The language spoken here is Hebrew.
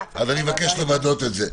אני מבקש לוודא את זה.